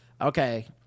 Okay